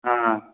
ಹಾಂ